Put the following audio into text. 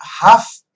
half